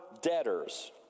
debtors